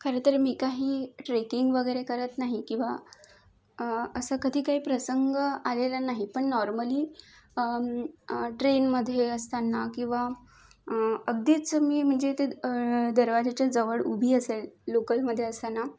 खरं तर मी काही ट्रेकिंग वगैरे करत नाही किंवा असं कधी काही प्रसंग आलेला नाही पण नॉर्मली ट्रेनमध्ये असताना किंवा अगदीच मी म्हणजे ते दरवाजाच्या जवळ उभी असेल लोकलमध्ये असताना